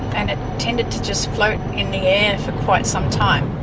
and it tended to just float in the air for quite some time.